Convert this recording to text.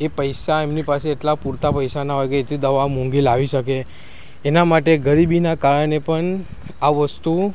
એ પૈસા એમની પાસે એટલા પૂરતા પૈસા ના હોય કે એટલી દવા મોંઘી લાવી શકે એના માટે ગરીબીનાં કારણે પણ આ વસ્તુ